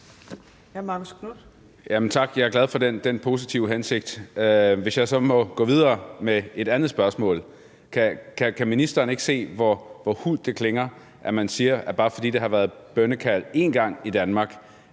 Tak. Jeg er glad for den positive hensigt. Jeg vil så gå videre med et andet spørgsmål: Kan ministeren ikke se, hvor hult det klinger, at man siger, at bare fordi der kun har været bønnekald én gang i Danmark,